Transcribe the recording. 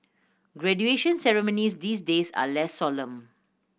graduation ceremonies these days are less solemn